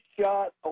shot